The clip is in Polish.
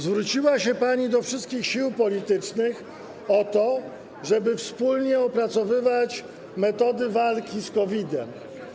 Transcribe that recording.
Zwróciła się pani do wszystkich sił politycznych o to, żeby wspólnie opracowywać metody walki z COVID-em.